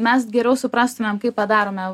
mes geriau suprastumėm kaip padarome